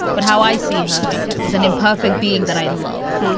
but how i see her is an imperfect being that i love.